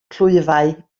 clwyfau